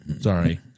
Sorry